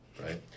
right